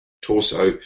torso